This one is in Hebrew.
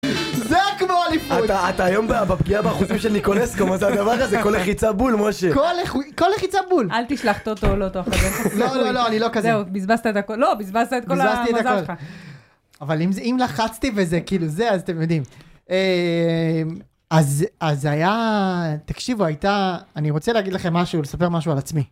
זה כמו אליפות, אתה היום בפגיעה באחוזים של ניקולסקו מה זה הדבר הזה, כל לחיצה בול משה, כל לחיצה בול, אל תשלח טוטו או לוטו תוכל, לא לא לא אני לא כזה, זהו ביבזת את הכל, לא ביזבזת את כל המזל שלך. אבל אם לחצתי וזה כאילו זה אז אתם יודעים, אז היה תקשיבו הייתה, אני רוצה להגיד לכם משהו, לספר משהו על עצמי.